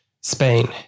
Spain